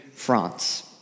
France